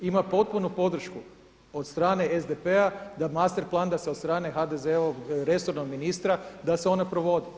Ima potpunu podršku od strane SDP-a da master plan da se od strane HDZ-og resornog ministra da se on provodi.